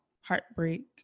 heartbreak